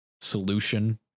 solution